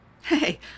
Hey